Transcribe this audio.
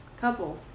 couple